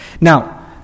Now